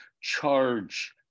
charge